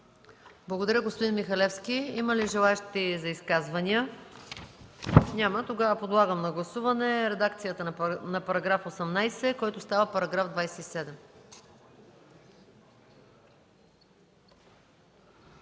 Благодаря, господин Михалевски. Има ли желаещи за изказвания? Няма. Подлагам на гласуване редакцията на § 18, който става § 27.